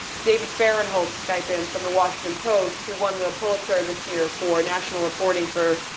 david fahrenthold skype in from the washington post, who won the pulitzer this year for national reporting for